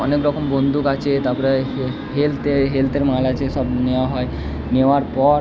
অনেক রকম বন্দুক আছে তারপরে যেসব নেওয়া হয় নেওয়ার পর